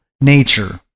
nature